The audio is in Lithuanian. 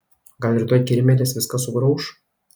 gal rytoj kirmėlės viską sugrauš